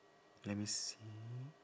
let me see